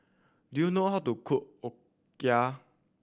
do you know how to cook Okayu